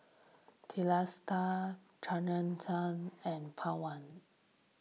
Teesta Rasipuram and Pawan